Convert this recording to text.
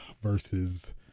versus